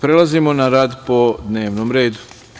Prelazimo na rad po dnevnom redu.